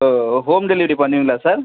ஓ home delivery பண்ணுவிங்களா sir